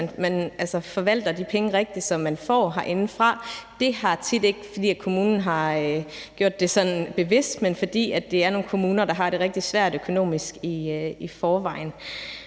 man forvalter de penge, som man får herindefra, rigtigt. Det har tit ikke været, fordi kommunen har gjort det sådan bevidst, men fordi det er nogle kommuner, der har det rigtig svært økonomisk i forvejen.